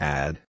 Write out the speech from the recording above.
add